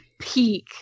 peak